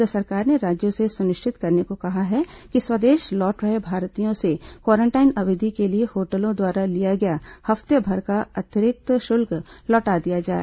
केन्द्र सरकार ने राज्यों से सुनिश्चित करने को कहा है कि स्वदेश लौट रहे भारतीयों से क्वारेंटाइन अवधि के लिए होटलों द्वारा लिया गया हफ्तेभर का अतिरिक्त शुल्क लौटा दिया जाए